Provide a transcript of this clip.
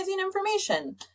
information